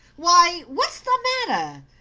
why, what's the matter?